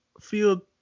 feel